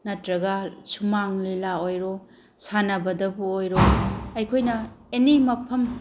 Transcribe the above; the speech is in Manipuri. ꯅꯠꯇ꯭ꯔꯒ ꯁꯨꯃꯥꯡ ꯂꯤꯂꯥ ꯑꯣꯏꯔꯣ ꯁꯥꯟꯅꯕꯗꯕꯨ ꯑꯣꯏꯔꯣ ꯑꯩꯈꯣꯏꯅ ꯑꯦꯅꯤ ꯃꯐꯝ